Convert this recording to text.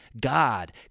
God